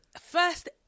first